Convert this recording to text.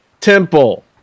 temple